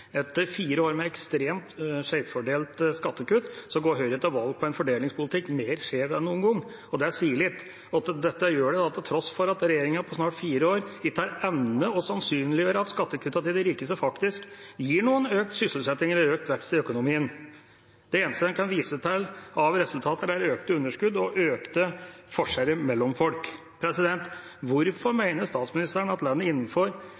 Etter fire år med ekstremt skjevfordelte skattekutt går Høyre til valg på en fordelingspolitikk som er mer skjev en noen gang, og det sier litt. Og dette gjør de til tross for at regjeringa på snart fire år ikke har evnet å sannsynliggjøre at skattekuttene til de rikeste faktisk gir økt sysselsetting eller økt vekst i økonomien. Det eneste en kan vise til av resultater, er økte underskudd og økte forskjeller mellom folk. Hvorfor mener statsministeren at landet innenfor